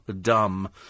dumb